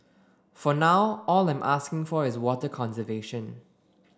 for now all I'm asking for is water conservation